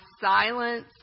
silence